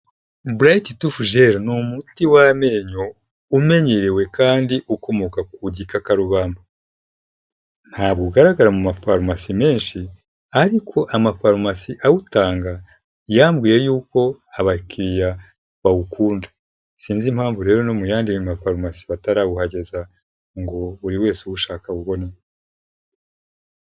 Bret tufuger ni umuti w'amenyo umenyerewe kandi ukomoka ku gikarubanda ntabwo ugaragara mu mafarumasi menshi ariko amafarumasi awutanga yambwiye yuko abakiriya bawukunda sinzi impamvu rero no mu yandi mafarumasi batarawuhageza ngo buri wese uwushaka awubone.